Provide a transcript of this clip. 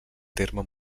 terme